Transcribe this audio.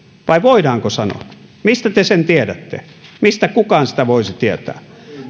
vai voidaanko sanoa mistä te sen tiedätte mistä kukaan sitä voisi tietää